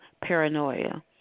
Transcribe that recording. paranoia